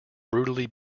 brutally